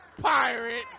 pirate